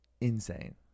Insane